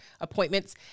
appointments